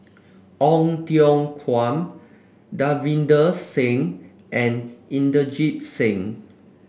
Ong Tiong Khiam Davinder Singh and Inderjit Singh